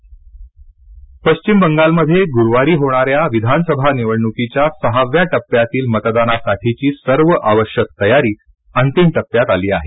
बंगाल निवडणक पश्विम बगालमध्ये गुरुवारी होणाऱ्या विधानसभा निवडणुकीच्या सहाव्या टप्प्यातील मतदानासाठीची सर्व आवश्यक तयारी अंतिम टप्प्यात आली आहे